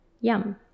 Yum